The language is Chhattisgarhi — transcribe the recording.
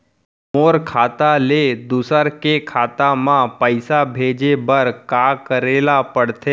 मोर खाता ले दूसर के खाता म पइसा भेजे बर का करेल पढ़थे?